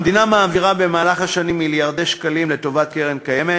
המדינה מעבירה במהלך השנים לטובת הקרן הקיימת